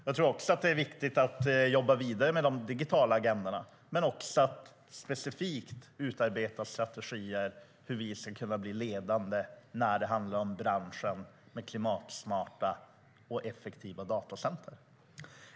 Jag tror att det är viktigt att jobba vidare med de digitala agendorna och att specifikt utarbeta strategier för hur vi ska kunna bli ledande inom branschen för klimatsmarta och effektiva datacenter.